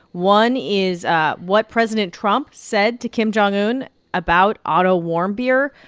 one is ah what president trump said to kim jong un about otto warmbier,